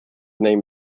name